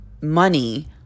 money